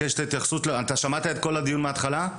אתה שמעת את כל הדיון מהתחלה?